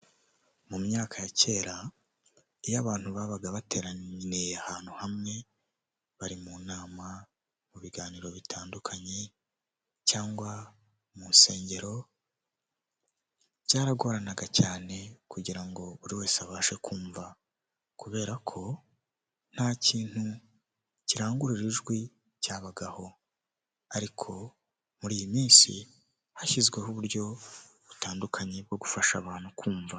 Nta muntu utagira inzozi zo kuba mu nzu nziza kandi yubatse neza iyo nzu iri mu mujyi wa kigali uyishaka ni igihumbi kimwe cy'idolari gusa wishyura buri kwezi maze nawe ukibera ahantu heza hatekanye.